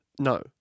No